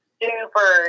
super